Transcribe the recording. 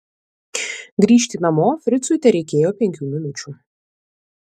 grįžti namo fricui tereikėjo penkių minučių